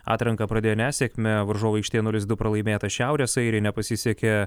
atranką pradėjo nesėkme varžovų aikštėje nulis du pralaimėta šiaurės airijai nepasisekė